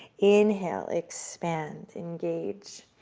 inhale, expand, engage.